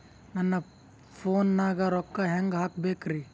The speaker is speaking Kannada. ನನ್ನ ಫೋನ್ ನಾಗ ರೊಕ್ಕ ಹೆಂಗ ಹಾಕ ಬೇಕ್ರಿ?